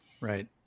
Right